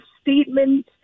statement